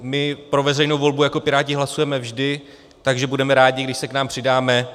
My pro veřejnou volbu jako Piráti hlasujeme vždy, takže budeme rádi, když se k nám přidáte.